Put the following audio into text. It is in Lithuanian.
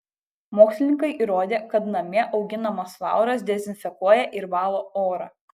mokslininkai įrodė kad namie auginamas lauras dezinfekuoja ir valo orą